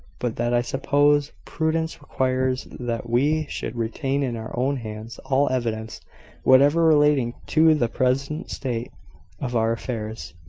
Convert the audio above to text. but that i suppose prudence requires that we should retain in our own hands all evidence whatever relating to the present state of our affairs.